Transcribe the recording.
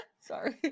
Sorry